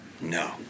No